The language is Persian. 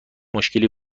مشکلی